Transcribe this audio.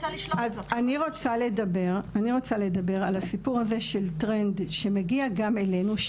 אני רוצה לדבר על הסיפור של טרנד שמגיע גם אלינו,